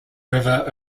river